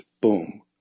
boom